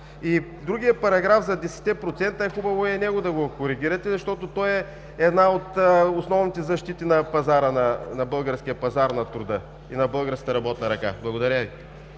Другият параграф за десетте процента. Хубаво е и него да го коригирате, защото той е една от основните защити на българския пазар на труда и на българската работна ръка. Благодаря Ви.